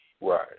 Right